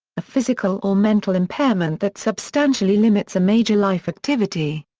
a physical or mental impairment that substantially limits a major life activity.